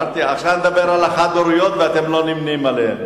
עכשיו נדבר על החד-הוריות, ואתם לא נמנים עמהן.